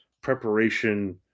preparation